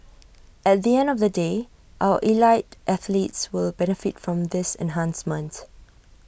at the end of the day our elite athletes will benefit from this enhancement